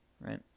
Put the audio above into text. Right